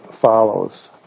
follows